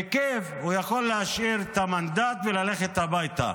בכיף, הוא יכול להשאיר את המנדט וללכת הביתה.